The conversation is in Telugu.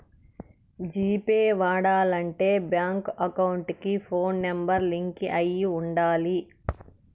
జీ పే వాడాలంటే బ్యాంక్ అకౌంట్ కి ఫోన్ నెంబర్ లింక్ అయి ఉండాలి